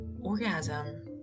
orgasm